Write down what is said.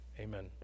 amen